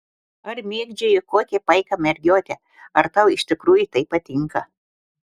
ar mėgdžioji kokią paiką mergiotę ar tau iš tikrųjų tai patinka